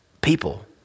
people